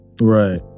Right